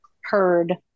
heard